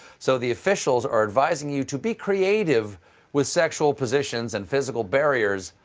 so the officials are advising you to be creative with sexual positions and physical barriers,